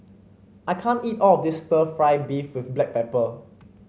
I can't eat all of this stir fry beef with Black Pepper